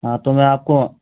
हाँ तो मैं आपको